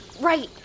Right